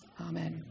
amen